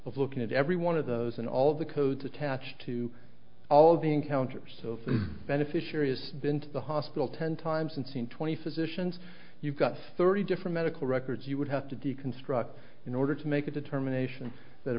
of looking at every one of those and all of the codes attached to all of the encounters of the beneficiary has been to the hospital ten times and seen twenty physicians you've got thirty different medical records you would have to deconstruct in order to make a determination that a